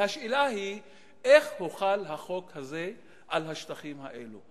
והשאלה היא איך הוחל החוק הזה על השטחים האלה?